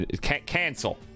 cancel